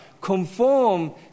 conform